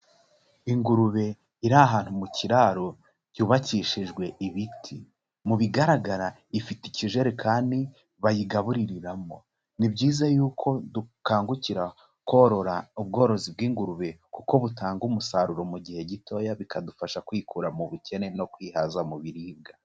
Ingurube iri ahantu mu kiraro cyubakishijwe ibiti. Mu bigaragara ifite ikijerekani bayigabuririramo. Ni byiza yuko dukangukira korora ubworozi bw'ingurube, kuko butanga umusaruro mu gihe gitoya bikadufasha kwikura mu bukene no kwihaza mu biribwa.